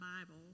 Bible